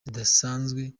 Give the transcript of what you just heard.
zidasanzwe